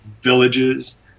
villages